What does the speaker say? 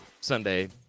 Sunday